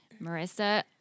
Marissa